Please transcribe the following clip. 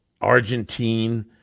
Argentine